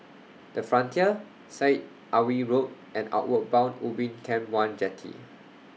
The Frontier Syed Alwi Road and Outward Bound Ubin Camp one Jetty